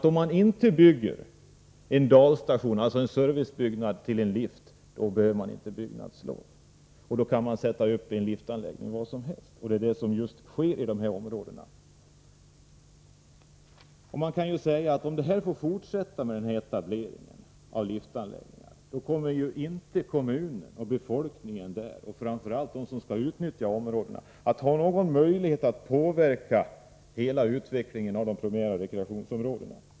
Om man inte bygger en dalstation, alltså en servicebyggnad till en lift, behöver man inte byggnadslov. Då kan man sätta upp liftanläggningar var som helst. Det är det som just nu sker i dessa områden. Om denna etablering av liftanläggningar får fortsätta, kommer inte kommunen och dess befolkning, och framför allt inte de som skall utnyttja områdena, att ha någon möjlighet att påverka utvecklingen av de primära rekreationsområdena.